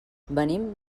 venim